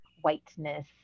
whiteness